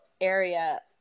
area